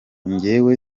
njyewe